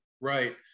Right